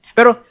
Pero